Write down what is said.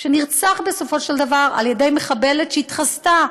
שנרצח בסופו של דבר על-ידי מחבלת שהתחזתה